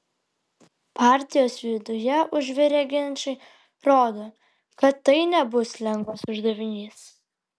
partijos viduje užvirę ginčai rodo kad tai nebus lengvas uždavinys